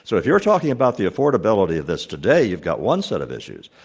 so if you're talking about the affordability of this today, you've got one set of issues.